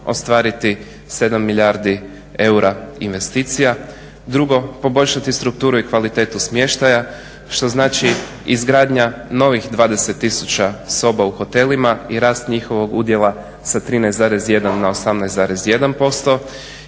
7 milijardi eura investicija. Drugo, poboljšati strukturu i kvalitetu smještaja što znači izgradnja novih 20 tisuća soba u hotelima i rast njihovog udjela sa 13,1 na 18,1%,